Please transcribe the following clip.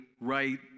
right